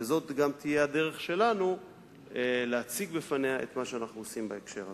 וזאת גם תהיה הדרך שלנו להציג לפניה את מה שאנחנו עושים בהקשר הזה.